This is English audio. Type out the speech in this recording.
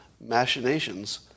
machinations